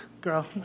Girl